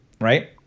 right